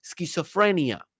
schizophrenia